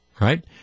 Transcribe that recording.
right